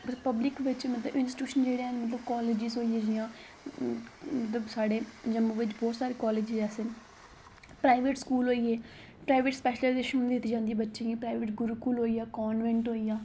अगर पब्लिक बिच्च मतलब इंस्टीट्यूशन जेह्ड़े हैन मतलब कालेजिस होई गे जि'यां मतलब साढ़े जम्मू बिच्च बोह्त सारे कालेजिस ऐसे न प्राईवेट स्कूल होई गे प्राईवेट स्पेशलाइजेशन उ'नें गी दित्ती जंदी ऐ बच्चें गी जि'यां प्राईवेट गुरूकुल होई गेआ कान्वेंट होई गेआ